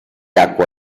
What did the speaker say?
acqua